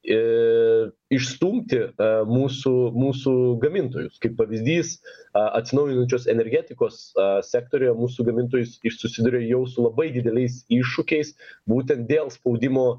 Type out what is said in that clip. į išstumti a mūsų mūsų gamintojus kaip pavyzdys a atsinaujinančios energetikos sektoriuje mūsų gamintojus iš susiduria jau su labai dideliais iššūkiais būtent dėl spaudimų